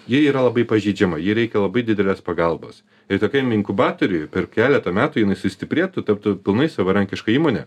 ji yra labai pažeidžiama jai reikia labai didelės pagalbos ir tokiam inkubatoriuje per keletą metų jinai sustiprėtų taptų pilnai savarankiška įmone